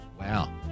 Wow